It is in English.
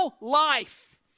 life